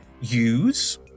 use